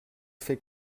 fait